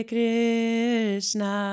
Krishna